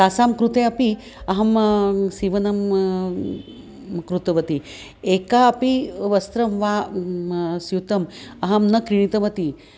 तासां कृते अपि अहं सीवनं कृतवती एकम् अपि वस्त्रं वा स्यूतम् अहं न क्रीतवती